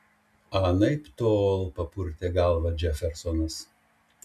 anaiptol papurtė galvą džefersonas